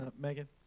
Megan